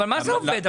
אבל מה זה עובד?